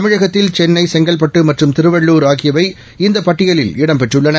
தமிழகத்தில் சென்னை செங்கல்பட்டு மற்றும் திருவள்ளூர் ஆகியவை இந்த பட்டியலில் இடம் பெற்றுள்ளன